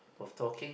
of talking